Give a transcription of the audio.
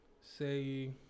Say